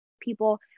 people